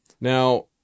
Now